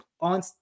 on